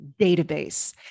database